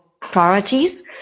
priorities